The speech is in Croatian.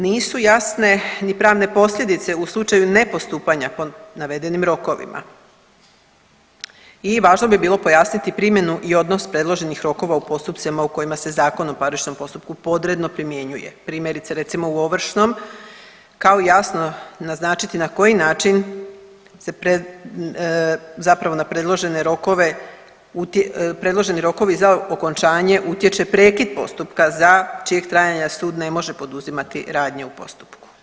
Nisu jasne ni pravne posljedice u slučaju ne postupanja po navedenim rokovima i važno bi bilo pojasniti primjenu i odnos predloženih rokova u postupcima u kojima se ZPP podredno primjenjuje, primjerice recimo u ovršnom kao jasno naznačiti na koji način se, zapravo na predložene rokove, predloženi rokovi za okončanje utječe prekid postupaka za čijeg trajanja sud ne može poduzimati radnje u postupku.